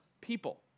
people